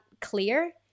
clear